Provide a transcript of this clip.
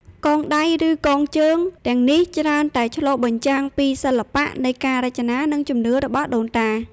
កងដៃឬកងជើងទាំងនេះច្រើនតែឆ្លុះបញ្ចាំងពី សិល្បៈនៃការរចនា និង ជំនឿ របស់ដូនតា។